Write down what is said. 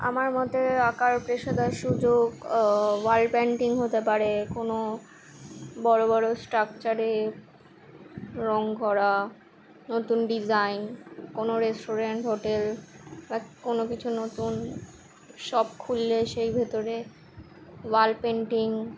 আমার মতে আঁকার পেশাদার সুযোগ ওয়াল পেন্টিং হতে পারে কোনো বড়ো বড়ো স্ট্রাকচারে রঙ করা নতুন ডিজাইন কোনো রেস্টুরেন্ট হোটেল বা কোনো কিছু নতুন শপ খুললে সেই ভেতরে ওয়াল পেন্টিং